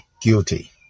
guilty